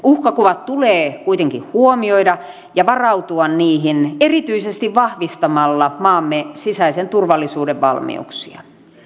uhkakuvat tulee kuitenkin huomioida ja varautua niihin erityisesti vahvistamalla maamme sisäisen turvallisuuden valmiuksia